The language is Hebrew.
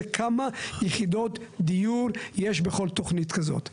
זה כמה יחידות דיור יש בכל תוכנית כזאת.